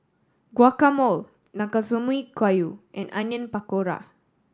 Guacamole Nanakusa Gayu and Onion Pakora